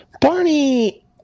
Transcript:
Barney –